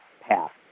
path